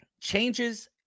Changes